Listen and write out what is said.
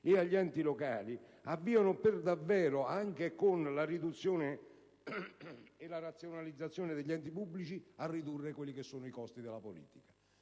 e agli enti locali avvia per davvero, anche con la riduzione e la razionalizzazione degli enti pubblici, la riduzione dei costi della politica.